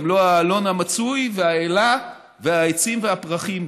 גם לא האלון המצוי והאלה והעצים והפרחים.